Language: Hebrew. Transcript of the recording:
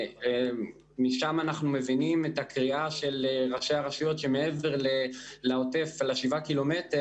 משם אנחנו מבינים את הקריאה של ראשי הרשויות שמעבר לשבעה ק"מ,